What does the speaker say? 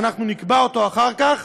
שנקבע אותו אחר כך,